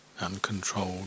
uncontrolled